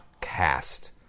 cast